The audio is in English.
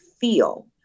feel